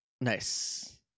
Nice